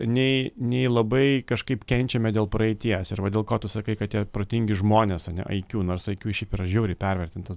nei nei labai kažkaip kenčiame dėl praeities ir va dėl ko tu sakai kad tie protingi žmonės ane aikiū nors aikiū yra žiauriai pervertintas